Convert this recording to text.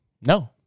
No